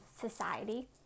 society